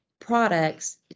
products